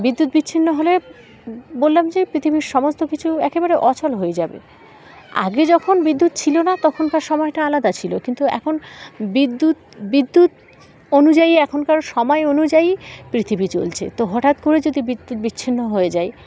বিদ্যুৎ বিচ্ছিন্ন হলে বললাম যে পৃথিবীর সমস্ত কিছু একেবারে অচল হয়ে যাবে আগে যখন বিদ্যুৎ ছিল না তখনকার সময়টা আলাদা ছিল কিন্তু এখন বিদ্যুৎ বিদ্যুৎ অনুযায়ী এখনকার সময় অনুযায়ী পৃথিবী চলছে তো হঠাৎ করে যদি বিদ্যুৎ বিচ্ছিন্ন হয়ে যায়